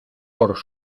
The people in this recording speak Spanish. por